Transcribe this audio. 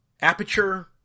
aperture